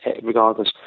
regardless